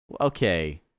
Okay